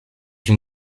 une